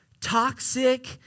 toxic